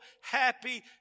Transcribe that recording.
happy